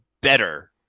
better